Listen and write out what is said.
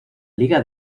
liga